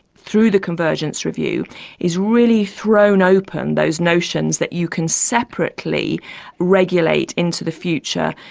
through the convergence review is really thrown open those notions that you can separately regulate into the future,